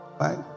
right